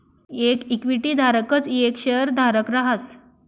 येक इक्विटी धारकच येक शेयरधारक रहास